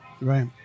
Right